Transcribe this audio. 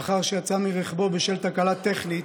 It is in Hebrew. לאחר שיצא מרכבו בשל תקלה טכנית,